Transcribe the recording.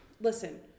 Listen